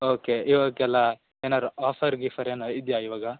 okay ಇವಕ್ಕೆಲ್ಲ ಏನಾರೂ offer ಗೀಫರ್ ಏನಾರ ಇದ್ಯಾ ಇವಾಗ